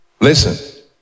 Listen